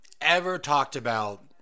ever-talked-about